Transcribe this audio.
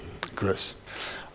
Chris